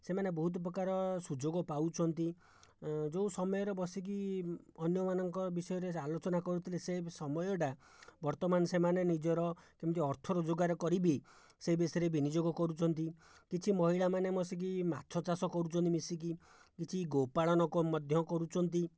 ସେମାନେ ବହୁତ ପ୍ରକାର ସୁଯୋଗ ପାଉଛନ୍ତି ଯେଉଁ ସମୟରେ ବସିକି ଅନ୍ୟମାନଙ୍କ ବିଷୟରେ ଆଲୋଚନା କରୁଥିଲେ ସେ ସମୟଟା ବର୍ତ୍ତମାନ ସେମାନେ ନିଜର କେମିତି ଅର୍ଥ ରୋଜଗାର କରିବେ ସେ ବିଷୟରେ ବିନିଯୋଗ କରୁଛନ୍ତି କିଛି ମହିଳାମାନେ ମିଶିକି ମାଛ ଚାଷ କରୁଛନ୍ତି ମିଶିକି କିଛି ଗୋପାଳନ ମଧ୍ୟ କରୁଛନ୍ତି